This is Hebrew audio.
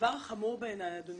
הדבר החמור בעיני אדוני